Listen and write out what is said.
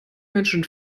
menschen